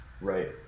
Right